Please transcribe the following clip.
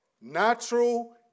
Natural